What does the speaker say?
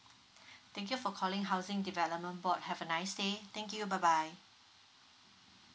thank you for calling housing development board have a nice day thank you bye bye